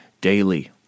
daily